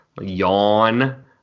yawn